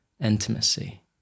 intimacy